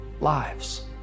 lives